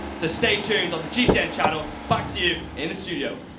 so stay tuned on the gcn channel. back to you in the studio.